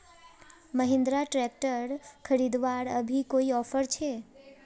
Mahindra tractor खरीदवार अभी कोई ऑफर छे?